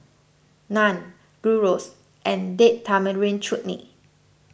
Naan Gyros and Date Tamarind Chutney